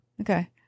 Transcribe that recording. Okay